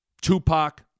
Tupac